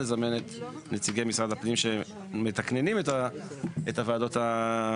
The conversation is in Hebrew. לזמן את נציגי משרד הפנים שאחראיים על הרשויות המקומיות,